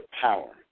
power